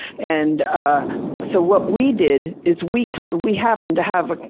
and so what we did is we come we happen to have